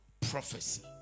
prophecy